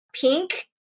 Pink